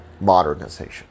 modernization